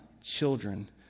children